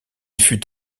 fut